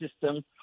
system